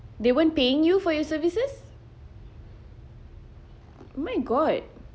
they weren't paying you for your services my god